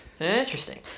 Interesting